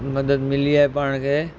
मदद मिली आहे पाण खे